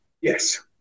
Yes